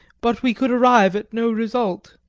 but we could arrive at no result.